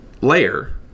layer